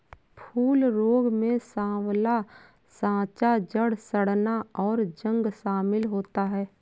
फूल रोग में साँवला साँचा, जड़ सड़ना, और जंग शमिल होता है